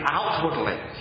outwardly